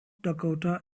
dakota